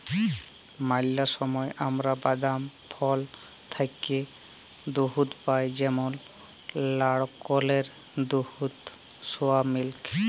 ম্যালা সময় আমরা বাদাম, ফল থ্যাইকে দুহুদ পাই যেমল লাইড়কেলের দুহুদ, সয়া মিল্ক